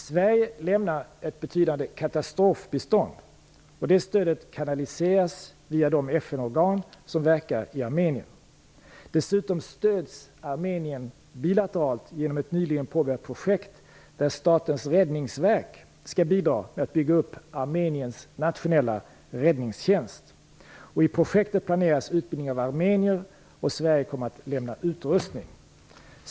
Sverige lämnar ett betydande katastrofbistånd. Det stödet kanaliseras via de FN-organ som verkar i Armenien. Dessutom stöds Armenien bilateralt genom ett nyligen påbörjat projekt där Statens Räddningsverk skall bidra med att bygga upp Armeniens nationella räddningstjänst. I projektet planeras utbildning av armenier, och Sverige kommer att lämna utrustning.